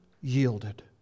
yielded